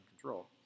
control